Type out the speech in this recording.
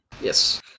Yes